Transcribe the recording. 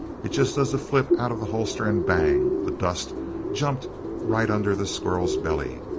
it just does a flip out of the holster and bang! the dust jumped right under the squirrel's belly.